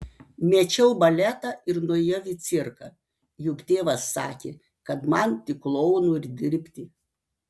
mečiau baletą ir nuėjau į cirką juk tėvas sakė kad man tik klounu ir dirbti